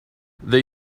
they